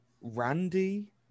Randy